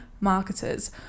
marketers